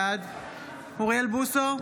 בעד אוריאל בוסו,